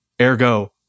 ergo